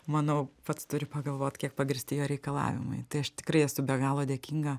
manau pats turi pagalvot kiek pagrįsti jo reikalavimai tai aš tikrai esu be galo dėkinga